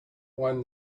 won